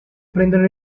prendono